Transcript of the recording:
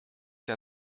der